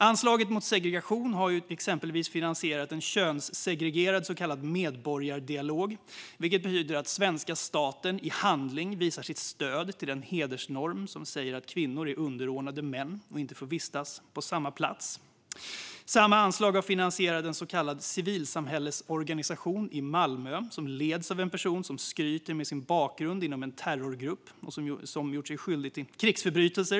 Anslaget mot segregation har exempelvis finansierat en könssegregerad så kallad medborgardialog, vilket betyder att svenska staten i handling visar sitt stöd till den hedersnorm som säger att kvinnor är underordnade och inte får vistas på samma plats som män. Samma anslag har finansierat en så kallad civilsamhällesorganisation i Malmö som leds av en person som skryter med sin bakgrund inom en terrorgrupp som gjort sig skyldig till krigsförbrytelser.